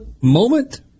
moment